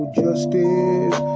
justice